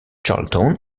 charlton